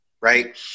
right